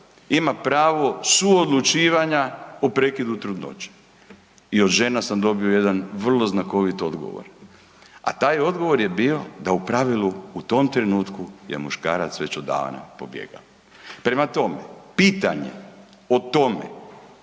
ima pravo suodlučivanja o prekidu trudnoće i od žena sam dobio jedan vrlo znakovit odgovor. A taj odgovor je bio da u pravilu u tom trenutku je muškarac već odavna pobjegao. Prema tome, pitanje o tome